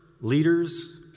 leaders